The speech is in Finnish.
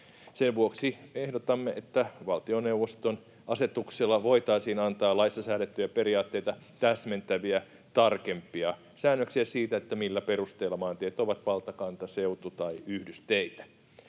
Sen vuoksi ehdotamme, että valtioneuvoston asetuksella voitaisiin antaa laissa säädettyjä periaatteita täsmentäviä tarkempia säännöksiä siitä, millä perusteilla maantiet ovat valta-, kanta-, seutu- tai yhdysteitä.